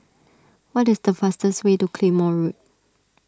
what is the fastest way to Claymore Road